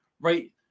Right